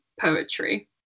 poetry